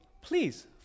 please